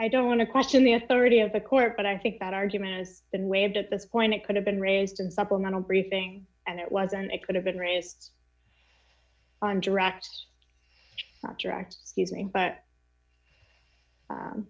i don't want to question the authority of the court but i think that argument's been waived at this point it could have been raised in supplemental briefing and it was and it could have been raised on direct direct using but